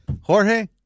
Jorge